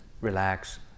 relax